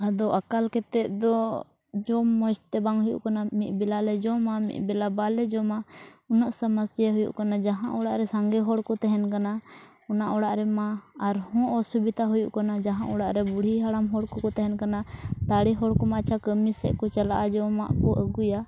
ᱟᱫᱚ ᱟᱠᱟᱞ ᱠᱟᱛᱮ ᱫᱚ ᱡᱚᱢ ᱢᱚᱡᱽᱛᱮ ᱵᱟᱝ ᱦᱩᱭᱩᱜ ᱠᱟᱱᱟ ᱢᱤᱫ ᱵᱮᱞᱟ ᱞᱮ ᱡᱚᱢᱟ ᱢᱤᱫ ᱵᱮᱞᱟ ᱵᱟᱞᱮ ᱡᱚᱢᱟ ᱩᱱᱟᱹᱜ ᱥᱚᱢᱚᱥᱥᱟ ᱦᱩᱭᱩᱜ ᱠᱟᱱᱟ ᱡᱟᱦᱟᱸ ᱚᱲᱟᱜ ᱨᱮ ᱥᱟᱸᱜᱮ ᱦᱚᱲ ᱠᱚ ᱛᱟᱦᱮᱱ ᱠᱟᱱᱟ ᱚᱱᱟ ᱚᱲᱟᱜ ᱨᱮᱢᱟ ᱟᱨ ᱦᱚᱸ ᱚᱥᱩᱵᱤᱛᱟ ᱦᱩᱭᱩᱜ ᱠᱟᱱᱟ ᱡᱟᱦᱟᱸ ᱚᱲᱟᱜ ᱨᱮ ᱵᱩᱲᱦᱤ ᱦᱟᱲᱟᱢ ᱦᱚᱲ ᱠᱚ ᱠᱚ ᱛᱟᱦᱮᱱ ᱠᱟᱱᱟ ᱫᱟᱲᱮ ᱦᱚᱲ ᱠᱚᱢᱟ ᱟᱪᱪᱷᱟ ᱠᱟᱹᱢᱤ ᱮᱫ ᱠᱚ ᱪᱟᱞᱟᱜ ᱠᱟᱱᱟ ᱡᱚᱢᱟᱜ ᱠᱚ ᱟᱹᱜᱩᱭᱟ